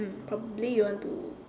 mm probably you want to